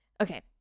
okay